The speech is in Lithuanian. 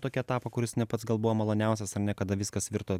tokia tapo kuris ne pats gal buvo maloniausias ar ne kada viskas virto